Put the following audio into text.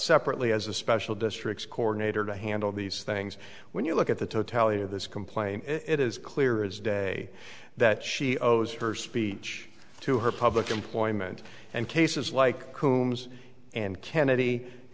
separately as a special districts coordinator to handle these things when you look at the totality of this complaint it is clear as day that she owes her speech to her public employment and cases like coombs and kennedy you